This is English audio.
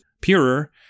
purer